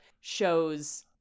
shows